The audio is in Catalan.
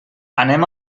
anem